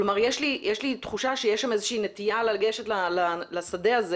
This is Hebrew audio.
יש לי תחושה שיש שם איזושהי נטייה לגשת לשדה הזה